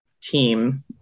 team